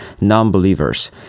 non-believers